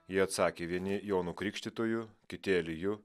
jie atsakė vieni jonu krikštytoju kiti eliju